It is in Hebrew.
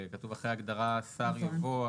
כתוב אחרי ההגדרה: שר יבוא.